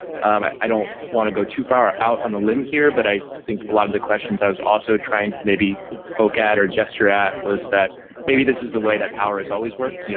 i don't want to go too far out on a limb here, but i think a lot of the questions i was also trying to maybe poke at or gesture at was that maybe this is the way that power is always worked, you know,